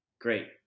Great